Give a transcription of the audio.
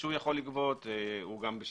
במקרה הספציפי הזה שבו יש